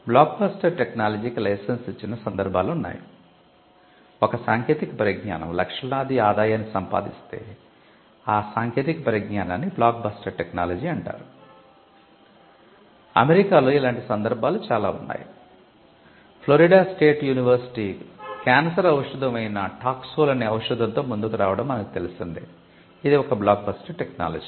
block buster technology